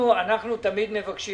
אנחנו תמיד מבקשים